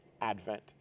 advent